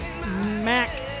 Mac